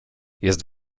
jest